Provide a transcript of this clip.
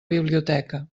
biblioteca